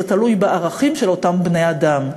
זה תלוי בערכים של אותם בני-אדם.